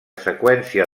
seqüència